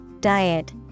diet